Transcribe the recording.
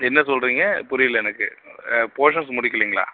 என்ன சொல்கிறீங்க புரியல எனக்கு போர்ஷன்ஸ் முடிக்கலைங்களா